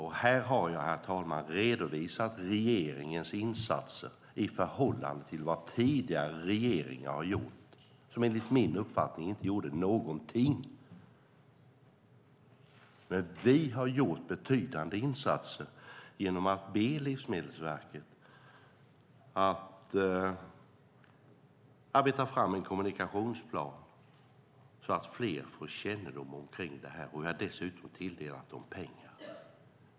Herr talman! Här har jag redovisat regeringens insatser i förhållande till vad tidigare regeringar har gjort och som enligt min uppfattning inte gjorde någonting. Men vi har gjort betydande insatser genom att be Livsmedelsverket att arbeta fram en kommunikationsplan så att fler får kännedom om detta. Vi har dessutom tilldelat Livsmedelsverket pengar.